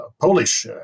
Polish